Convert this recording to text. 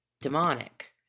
demonic